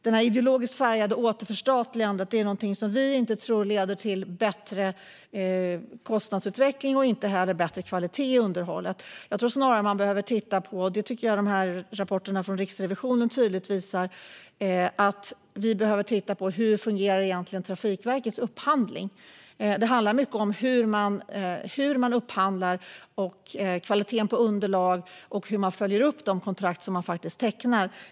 Det ideologiskt färgade återförstatligandet tror vi inte leder till en bättre kostnadsutveckling och heller inte till bättre kvalitet i underhållet. Man behöver snarare titta på hur Trafikverkets upphandling fungerar. Det visar Riksrevisionens rapporter tydligt. Det hela handlar mycket om hur man upphandlar, hur kvaliteten på underlag ser ut och hur man följer upp de kontrakt man tecknar.